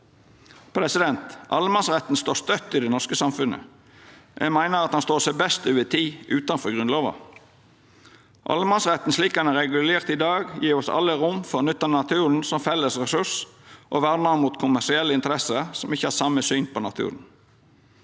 utfordringa. Allemannsretten står støtt i det norske samfunnet. Eg meiner at han står seg best over tid utanfor Grunnlova. Allemannsretten, slik han er regulert i dag, gjev oss alle rom for å nytta naturen som felles ressurs, og han vernar mot kommersielle interesser som ikkje har same syn på naturen.